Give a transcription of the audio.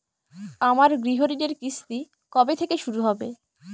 আমার গৃহঋণের কিস্তি কবে থেকে শুরু হবে?